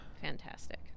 Fantastic